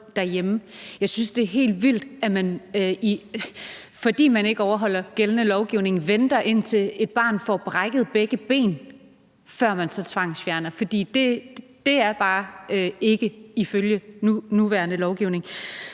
Jeg synes, det er helt vildt, at man, fordi man ikke overholder gældende lovgivning, venter, indtil et barn får brækket begge ben, før man tvangsfjerner. For det følger bare ikke nuværende lovgivning.